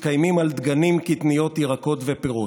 מתקיימים על דגנים, קטניות, ירקות ופירות,